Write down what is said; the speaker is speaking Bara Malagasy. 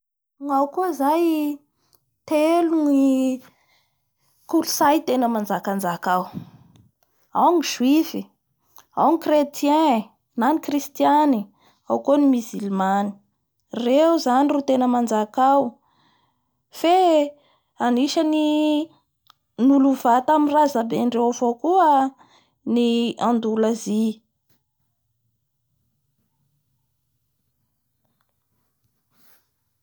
Gnao koa zay telo ny kolontsay tena manjakanjaka ao ao ny juify ao ny ckretien na ny kristiany ao koa ny musulmany. Reo zany ro tena manajaka ao fe anisany nolova tamin'ny razambe ndreo avao koa ny Andoulasie